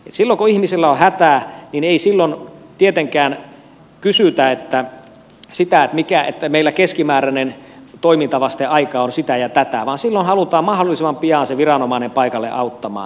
silloin kun ihmisillä on hätä niin ei tietenkään mietitä että meillä keskimääräinen toimintavasteaika on sitä ja tätä vaan silloin halutaan mahdollisimman pian se viranomainen paikalle auttamaan